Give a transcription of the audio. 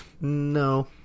no